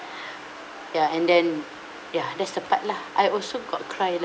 ya and then ya that's the part lah I also got cry lah